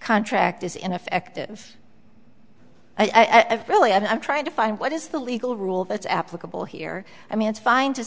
contract is ineffective i've really i'm trying to find what is the legal rule that's applicable here i mean it's fine to